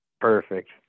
Perfect